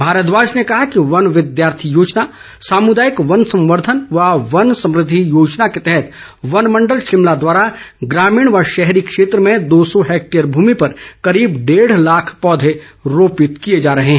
भारद्वाज ने कहा कि वन विद्यार्थी योजना सामुदायिक वन संवर्द्वन व वन समृद्धि योजना के तहत वन मंडल शिमला द्वारा ग्रामीण व शहरी क्षेत्र में दो सौ हैक्टेयर भूमि पर करीब डेढ लाख पौधे रोपित किए जा रहे हैं